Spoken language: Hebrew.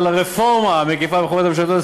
על הרפורמה המקיפה בחברות הממשלתיות.